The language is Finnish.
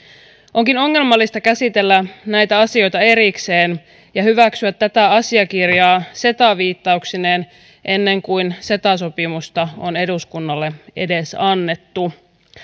onkin ongelmallista käsitellä näitä asioita erikseen ja hyväksyä tämä asiakirja ceta viittauksineen ennen kuin ceta sopimusta on eduskunnalle edes annettu